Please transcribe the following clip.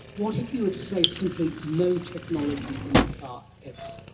what if you were to say simply no technology in the car ever?